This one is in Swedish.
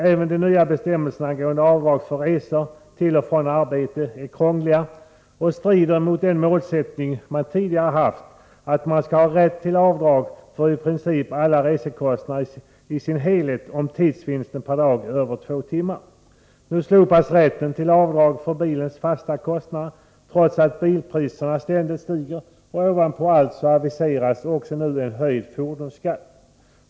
Även de nya bestämmelserna angående avdrag för resor till och från arbetet är krångliga och strider mot den målsättning socialdemokraterna tidigare haft, att man skall ha rätt till avdrag för i princip alla resekostnader om tidsvinsten per dag är två timmar. Nu slopas rätten till avdrag för bilens fasta kostnader, trots att bilpriserna ständigt stiger. Ovanpå allt detta aviseras nu också en höjd fordonsskatt.